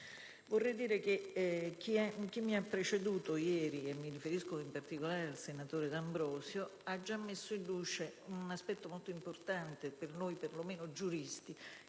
Vorrei dire che chi mi ha preceduto ieri, e mi riferisco in particolare al senatore D'Ambrosio, ha già messo in luce un aspetto importante, perlomeno per noi giuristi,